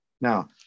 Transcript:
Now